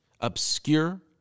obscure